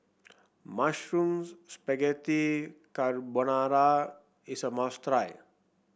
Mushroom Spaghetti Carbonara is a must try